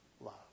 love